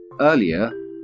Earlier